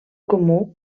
comú